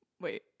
wait